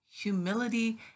humility